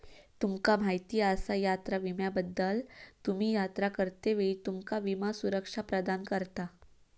तुमका माहीत आसा यात्रा विम्याबद्दल?, तुम्ही यात्रा करतेवेळी तुमका विमा सुरक्षा प्रदान करता